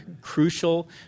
crucial